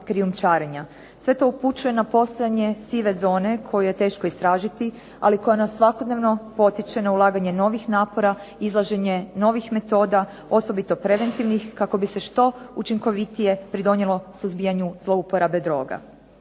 Sve to upućuje na postojanje sive zone koju je teško istražiti ali koja nas svakodnevno potiče na ulaganje novih napora, izlaženje novih metoda osobito preventivnih kako bi se što učinkovitije pridonijelo suzbijanju zlouporabe droga.